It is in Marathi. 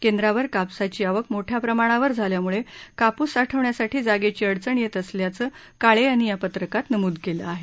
केंद्रावर कापसाची आवक मोठ्या प्रमाणावर झाल्यामुळे कापूस साठवण्यासाठी जागेची अडचण येत असल्याचं काळे यांनी या पत्रकात नमूद केलं आहे